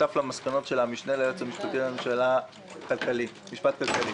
ושותף למסקנות שלה המשנה ליועץ המשפטי לממשלה למשפט כלכלי.